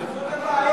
זאת הבעיה.